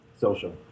social